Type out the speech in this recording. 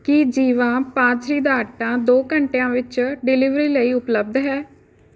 ਕੀ ਜੀਵਾ ਬਾਜਰੀ ਦਾ ਆਟਾ ਦੋ ਘੰਟਿਆਂ ਵਿੱਚ ਡਿਲੀਵਰੀ ਲਈ ਉਪਲੱਬਧ ਹੈ